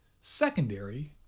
secondary